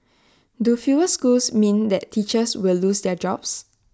do fewer schools mean that teachers will lose their jobs